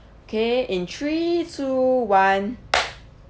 okay in three two one